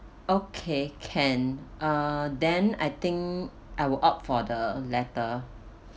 okay can uh then I think I would opt for the latter